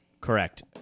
Correct